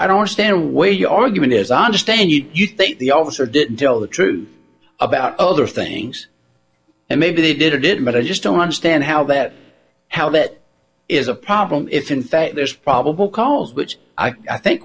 i don't understand where your argument is i understand you think the officer didn't tell the truth about other things and maybe they did or didn't but i just don't understand how that how that is a problem if in fact there's probable cause which i think